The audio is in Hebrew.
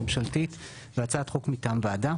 ממשלתית והצעת חוק מטעם ועדה